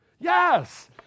Yes